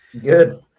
Good